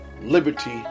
Liberty